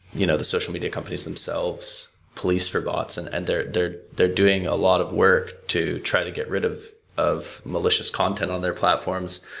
you know the social media companies themselves police for bots and and they're they're doing a lot of work to try to get rid of of malicious content on their platforms,